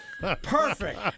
Perfect